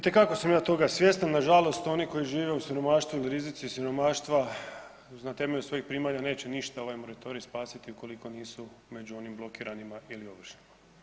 Itekako sam ja toga svjestan, nažalost, oni koji žive u siromaštvu ili u rizicima siromaštva, na temelju svojih primanja neće ništa ovaj moratorij spasiti ukoliko nisu među onima blokiranima ili ovršenima.